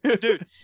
dude